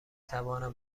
توانم